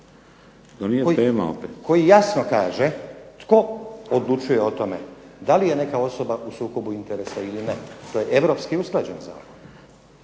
Koji jasno kaže tko odlučuje o tome da li je neka osoba u sukobu interesa ili ne. To je europski usklađen zakon